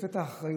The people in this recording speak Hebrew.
שנתת אחריות,